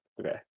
Okay